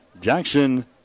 Jackson